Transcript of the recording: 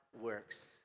works